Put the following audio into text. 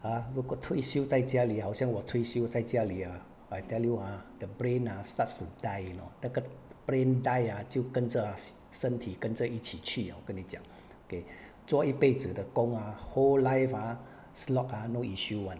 ha 如果退休在家里好像我退休在家里 ah I tell you ah the brain ah starts to die you know 那个 the brain die ah 就跟着 ah sh~ 身体跟着一起去啊我跟你讲给做一辈子的工 ah whole life ah slog ah no issue [one]